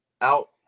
out